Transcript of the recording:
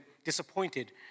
disappointed